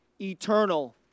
eternal